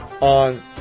on